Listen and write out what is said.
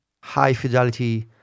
high-fidelity